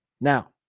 Now